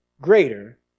greater